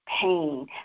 pain